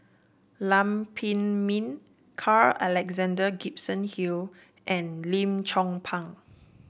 Lam Pin Min Carl Alexander Gibson Hill and Lim Chong Pang